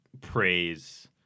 praise